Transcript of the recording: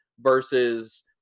versus